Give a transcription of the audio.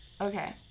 okay